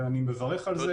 אני מברך על זה.